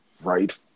Right